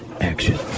action